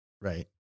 Right